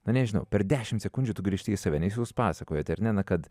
na nežinau per dešimt sekundžių tu grįžti į save nes jūs pasakojot ar ne na kad